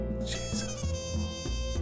Jesus